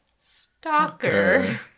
stalker